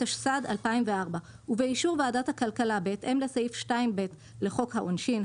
התשס"ד 2004 ובאישור ועדת הכלכלה בהתאם לסעיף 2(ב) לחוק העונשין,